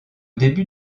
début